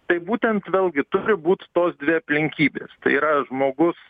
tai būtent vėlgi turi būt tos dvi aplinkybės tai yra žmogus